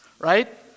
Right